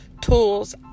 tools